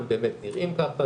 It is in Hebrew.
הם באמת נראים ככה,